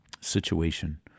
situation